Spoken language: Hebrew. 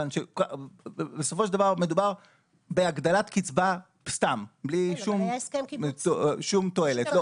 בסופו של דבר מדובר בהגדלת קצבה סתם בלי שום תועלת.